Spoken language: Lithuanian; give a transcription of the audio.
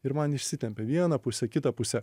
ir man išsitempia viena pusė kita pusė